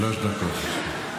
שלוש דקות.